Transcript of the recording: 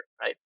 right